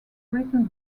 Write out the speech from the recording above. written